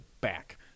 back